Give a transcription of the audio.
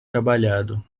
trabalhado